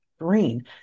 green